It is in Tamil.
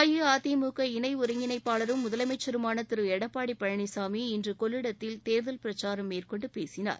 அஇஅதிமுக இணை ஒருங்கிணைப்பாளரும் முதலமைச்சருமான திரு எடப்பாடி பழனிசாமி இன்று கொள்ளிடத்தில் தேர்தல் பிரச்சாரம் மேற்கொண்டு பேசினார்